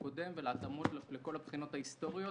הקודם ולהתאמות לכל הבחינות ההיסטוריות.